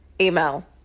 email